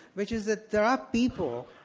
which is that there are people,